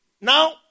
Now